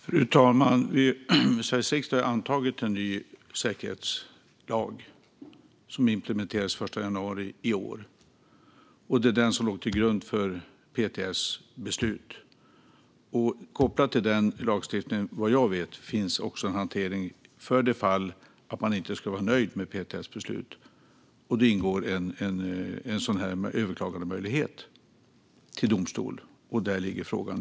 Fru talman! Sveriges riksdag har antagit en ny säkerhetslag som implementerades den 1 januari i år. Det var den som låg till grund för PTS beslut. Kopplat till den lagstiftningen finns vad jag vet också en hantering för det fall man inte är nöjd med PTS beslut. Där ingår överklagandemöjlighet till domstol. Och där ligger nu frågan.